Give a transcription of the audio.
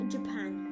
Japan